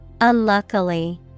Unluckily